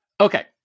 Okay